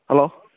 hello